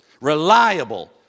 reliable